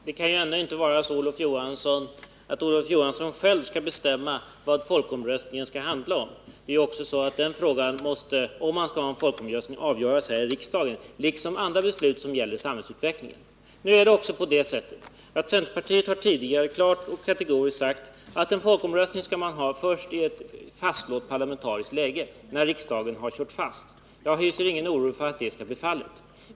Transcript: Herr talman! Det kan ändå inte vara så att Olof Johansson själv skall bestämma vad folkomröstningen skall handla om. Om man skall ha en folkomröstning, då måste ju den frågan avgöras här i riksdagen liksom andra beslut som gäller samhällsutvecklingen. Nu är det också så att centerpartiet tidigare kategoriskt har sagt att man bör ha en folkomröstning först i ett fastlåst parlamentariskt läge, när riksdagen har kört fast. — Jag hyser ingen oro för att det nu skall bli fallet.